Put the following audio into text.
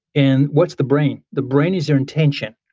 and what's the brain? the brain is your intention.